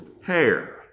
hair